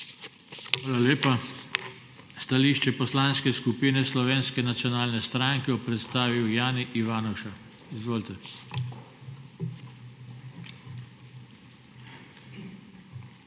Hvala lepa. Stališče Poslanske skupine Slovenske nacionalne stranke bo predstavil Jani Ivanuša. Izvolite. JANI